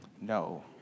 No